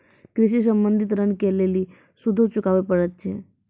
कृषि संबंधी ॠण के लेल सूदो चुकावे पड़त छै?